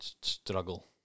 struggle